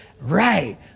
right